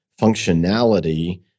functionality